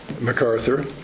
MacArthur